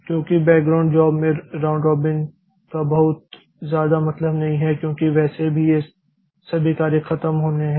क्योंकि background job में round robin का बहुत ज्यादा मतलब नहीं है क्योंकि वैसे भी ये सभी कार्य खत्म होने हैं